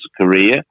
career